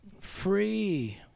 free